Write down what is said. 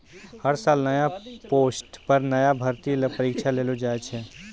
हर साल नया पोस्ट पर नया भर्ती ल परीक्षा लेलो जाय छै